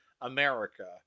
America